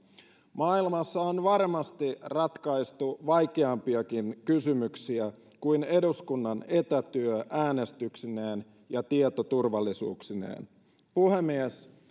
maailmassa on varmasti ratkaistu vaikeampiakin kysymyksiä kuin eduskunnan etätyö äänestyksineen ja tietoturvallisuuksineen puhemies